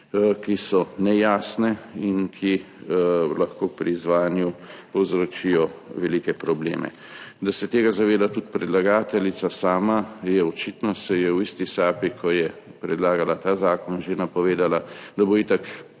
ki so nejasne in ki lahko pri izvajanju povzročijo velike probleme. Da se tega zaveda tudi predlagateljica sama, je očitno, saj v isti sapi, ko je predlagala ta zakon, že napovedala, da bo itak